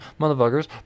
motherfuckers